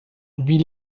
wie